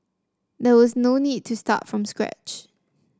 there was no need to start from scratch